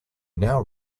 now